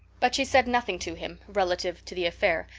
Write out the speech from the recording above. but she said nothing, to him, relative to the affair,